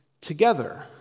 together